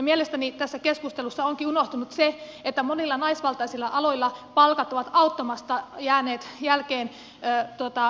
mielestäni tässä keskustelussa onkin unohtunut se että monilla naisvaltaisilla aloilla palkat ovat auttamatta jääneet jälkeen yleisestä palkkakehityksestä